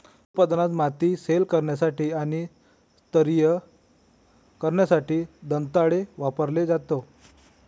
फलोत्पादनात, माती सैल करण्यासाठी आणि स्तरीय करण्यासाठी दंताळे वापरला जातो